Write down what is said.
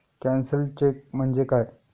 Cancelled cheque म्हणजे काय?